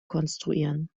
konstruieren